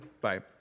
Bye